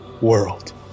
world